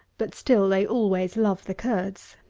but still they always love the curds.